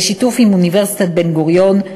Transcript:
בשיתוף עם אוניברסיטת בן-גוריון,